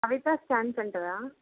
Kavitha scan சென்டரா